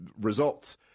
results